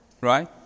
Right